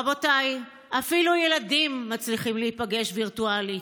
רבותיי, אפילו ילדים מצליחים להיפגש וירטואלית,